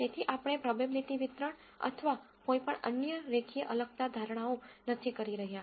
તેથી આપણે પ્રોબેબ્લીટી વિતરણ અથવા કોઈપણ અન્ય રેખીય અલગતા ધારણાઓ નથી કરી રહ્યા